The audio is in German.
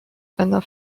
einer